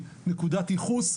היא נקודת ייחוס.